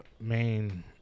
main